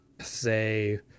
say